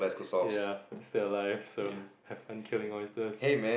ya still alive so have to killing monsters